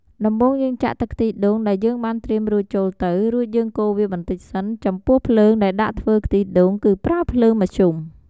ដំបូងយើងចាក់ទឹកខ្ទិះដូងដែលយើងបានត្រៀមរួចចូលទៅ រួចយើងកូរវាបន្តិចសិន ចំពោះភ្លើងដែលដាក់ធ្វើខ្ទិះដូងគឺប្រើភ្លើងមធ្យម។